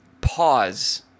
pause